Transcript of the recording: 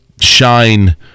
shine